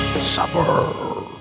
Supper